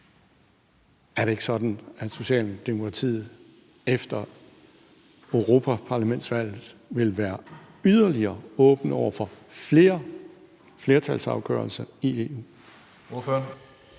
Er det ikke sådan, at Socialdemokratiet efter europaparlamentsvalget vil være yderligere åbne over for flere flertalsafgørelser i EU?